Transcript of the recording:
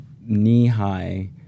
knee-high